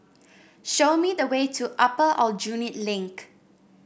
show me the way to Upper Aljunied Link